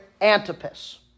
Antipas